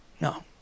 No